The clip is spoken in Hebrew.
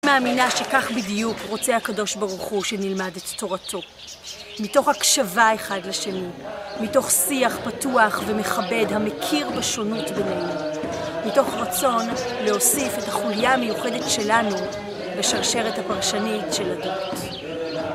אני מאמינה שכך בדיוק רוצה הקדוש ברוך הוא שנלמד את תורתו מתוך הקשבה האחד לשני מתוך שיח פתוח ומכבד המכיר בשונות בינינו מתוך רצון להוסיף את החוליה המיוחדת שלנו בשרשרת הפרשנית של הדת